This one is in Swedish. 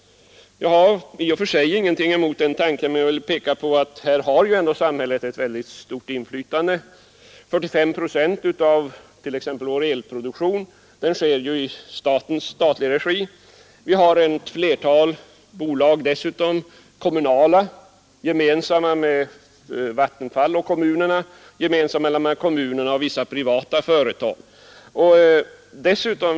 Jag har i och för sig ingenting emot den tanken, men jag vill peka på att samhället här ändå har ett väldigt stort inflytande. Exempelvis sker 45 procent av vår el-produktion i statlig regi. Dessutom har vi ett flertal bolag som är kommunala, gemensamma för Vattenfall och kommunerna eller gemensamma för kommunerna och vissa privata företag.